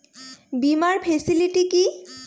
বীমার ফেসিলিটি কি?